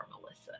Melissa